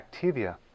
Activia